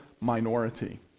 minority